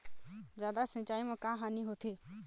जादा सिचाई म का हानी होथे?